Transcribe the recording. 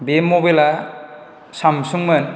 बे मबाइला सामसुंमोन